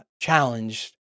challenged